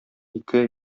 ике